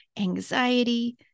anxiety